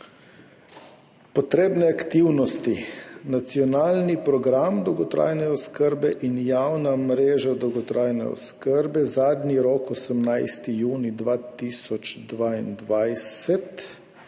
Potrebne aktivnosti – nacionalni program dolgotrajne oskrbe in javna mreža dolgotrajne oskrbe, zadnji rok 18. junij 2022,